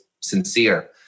sincere